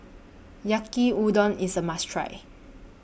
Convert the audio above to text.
Yaki Udon IS A must Try